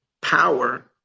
power